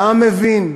והעם מבין,